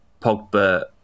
Pogba